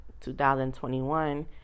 2021